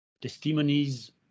testimonies